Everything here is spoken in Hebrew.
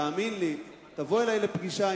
תבוא אלי לפגישה,